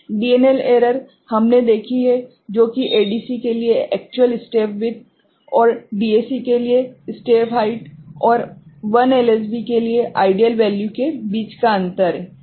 DNL error हमने देखी है जो कि ADC के लिए एक्चुअल स्टेप विड्थ और DAC के लिए स्टेप हाइट और 1 LSB के लिए आइडियल वैल्यू के बीच का अंतर है ठीक है